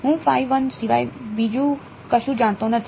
હું સિવાય બીજુ કશું જાણતો નથી